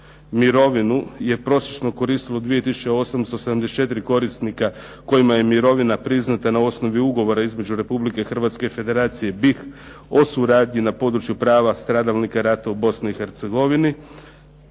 mirovinu je prosječno koristilo 2874 korisnika kojima je mirovina priznata na osnovi ugovora između Republike Hrvatske i Federacije BiH o suradnji na području prava stradalnika rata u Bosni i Hercegovini.